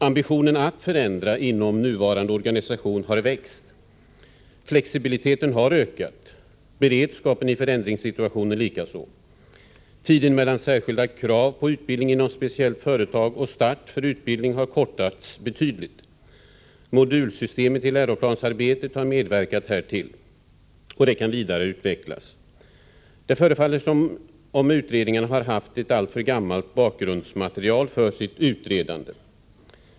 Ambitionen att förändra inom nuvarande organisation har växt. Flexibiliteten har ökat, beredskapen i förändringssituationer likaså. Tiden mellan särskilda krav på utbildning inom speciellt företag och start för utbildning har kortats betydligt. Modulsystemet i läroplansarbetet har medverkat härtill. Det kan vidareutvecklas. Det förefaller som om utredningarna har haft ett alltför gammalt bakgrundsmaterial för sitt utredande.